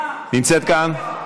ממשיכים בדיון.